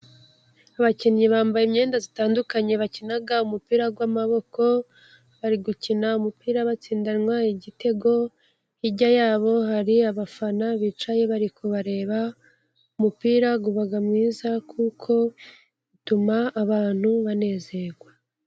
Abakinnyi bambaye imyenda itandukanye bakina umupira w'amaboko, bari gukina umupira batsindanwa igitego, hirya yabo hari abafana bicaye bari kubareba. Umupira uba mwiza kuko utuma abantu banezerwa.